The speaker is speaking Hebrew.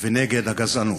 ונגד הגזענות.